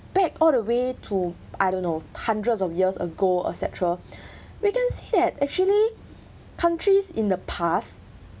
back all the way to I don't know hundreds of years ago et cetera we can see that actually countries in the past